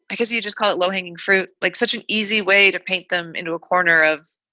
because you just call it low hanging fruit. like such an easy way to paint them into a corner of,